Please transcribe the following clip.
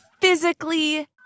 physically